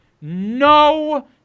No